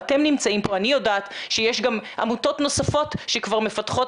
יודעת שיש גם עמותות נוספות שכבר מפתחות